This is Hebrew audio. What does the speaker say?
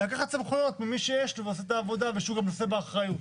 לקחת סמכויות ממי שיש לו ועושה את העבודה ושהוא גם נושא באחריות.